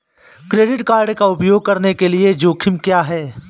Credit card का उपयोग करने के जोखिम क्या हैं?